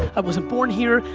i wasn't born here,